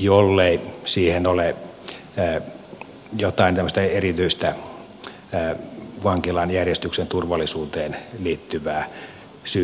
jollei siihen ole jotain tämmöistä erityistä vankilan järjestyksen turvallisuuteen liittyvää syytä